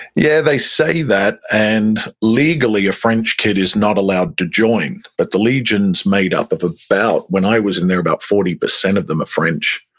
yeah, they say that. and legally, a french kid is not allowed to join, but the legion is made up of about, when i was in there, about forty percent of them are french.